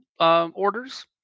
orders